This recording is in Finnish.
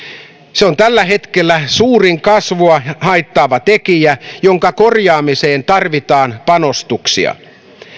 se on tällä hetkellä suurin kasvua haittaava tekijä jonka korjaamiseen tarvitaan panostuksia